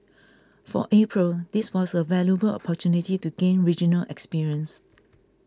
for April this was a valuable opportunity to gain regional experience